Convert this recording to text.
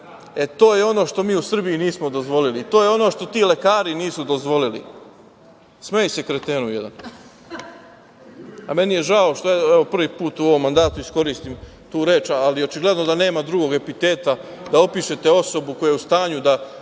To je ono što mi u Srbiji nismo dozvolili i to je ono što ti lekari nisu dozvolili. Smej se, kretenu jedan. Meni je žao što, evo, prvi put u ovom mandatu ću da iskoristim tu reč, ali očigledno da nema drugog epiteta da opišete osobu koja je u stanju da